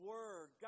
Word